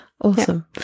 awesome